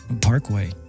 parkway